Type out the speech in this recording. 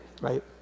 right